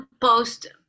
post